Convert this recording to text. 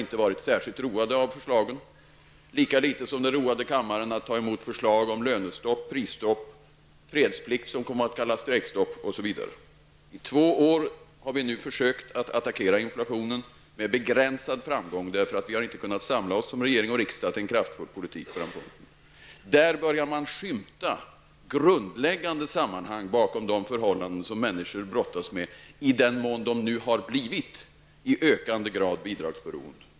Kammaren har inte varit road av förslagen, lika litet som det roade kammaren att ta emot förslag om lönestopp, prisstopp, fredsplikt som kom att kallas strejkstopp, osv. I två år har vi nu försökt att attackera inflationen, med begränsad framgång eftersom vi inte kunnat samla oss som regering och riksdag till en kraftfull politik för detta. Man börjar nu skymta grundläggande sammanhang bakom de förhållanden som människor brottas med i den mån de nu har blivit i stigande grad bidragsberoende.